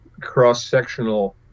cross-sectional